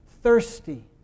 thirsty